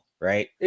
Right